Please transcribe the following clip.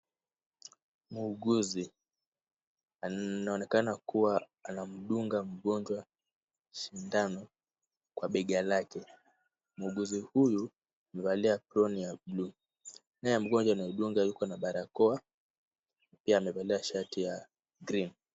Muuguzi anaonekana kuwa anamdunga mgonjwa sindano kwa bega lake. Muuguzi huyu amevalia aproni ya buluu naye mgonjwa anayedunga yuko na barakoa pia amevalia shati ya {cs} green{cs}.